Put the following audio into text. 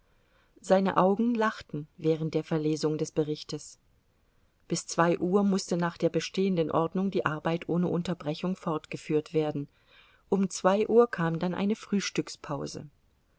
seine augen lachten während der verlesung des berichtes bis zwei uhr mußte nach der bestehenden ordnung die arbeit ohne unterbrechung fortgeführt werden um zwei uhr kam dann eine frühstückspause